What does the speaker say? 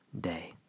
day